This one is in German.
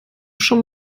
schon